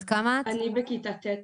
אני בכיתה ט',